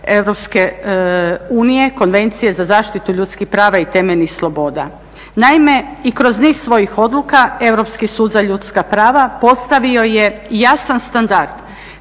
prava EU Konvencije za zaštitu ljudskih prava i temeljnih sloboda. Naime, i kroz niz svojih odluka Europski sud za ljudska prava postavio je jasan standard